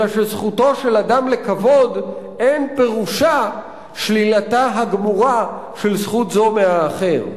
אלא שזכותו של אדם לכבוד אין פירושה שלילתה הגמורה של זכות זו מהאחר.